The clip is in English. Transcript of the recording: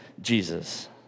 Jesus